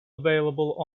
available